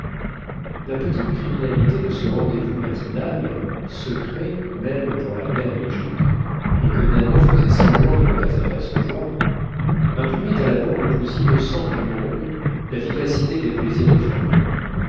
la petite criminalité de ce rendez-vous matinal secret même pour la mère d'eugénie et que nanon faisait semblant de ne pas apercevoir imprimait à l'amour le plus innocent du monde la vivacité des plaisirs défendus